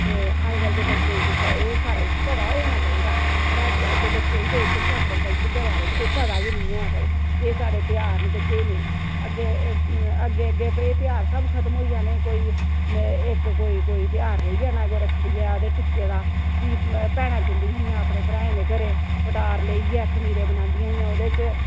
ते अज्जकल दे बच्चें च एह् सारा किश पता होना चाहिदा पर अज्जकल दे बच्चें गी कोई किश अपने कल्चर दे बारे च कोई पता गै नी ऐ भाई केह् साढ़े ध्यार न ते केह् नेईं अग्गें अग्गें अग्गें भई एह् ध्यार सब खतम होई जाने कोई इक कोई कोई ध्यार रेही जाना कोई रक्खड़ी दा ते टिक्के दा फ्ही भैनां जंदियां हियां अपने भ्राएं दे घरें पटार लेइयै खमीरे बनांदियां हियां ओह्दे च